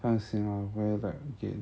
sian ah very lag again